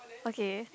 okay